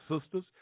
sisters